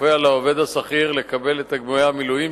כופה על העובד השכיר לקבל את תגמולי המילואים